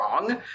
wrong